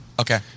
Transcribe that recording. Okay